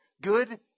good